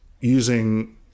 using